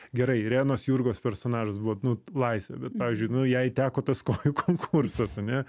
gerai irenos jurgos personažas buvo nu laisvė bet pavyzdžiui nu jai teko tas kojų konkursas ane